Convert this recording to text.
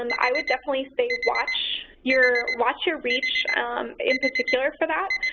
um i would definitely say watch your watch your reach in particular for that,